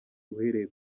uhereye